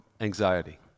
anxiety